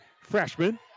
freshman